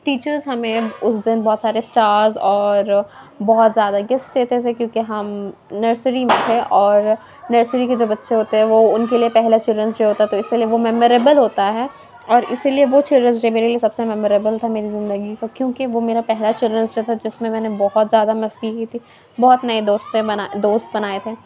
teachers ہمیں اس دن بہت سارے اسٹارز اور بہت زیادہ گفٹ دیتے تھے کیونکہ ہم نرسری میں تھے اور نرسری کے جو بچے ہوتے ہیں وہ ان کے لیے پہلا چلڈرنس ڈے جو ہوتا ہے تو اسی لیے ممبرایبل ہوتا ہے اور اسی لیے وہ چلڈرنس ڈے میرے لیے سب ممبرایبل تھا میری زندگی کا کیونکہ وہ میرا پہلا چلڈرنس ڈے تھا جس میں نے بہت زیادہ مستی کی تھی بہت نئے دوست بنا دوست بنائے تھے